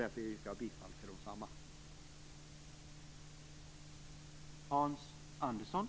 Därför yrkar jag bifall till desamma.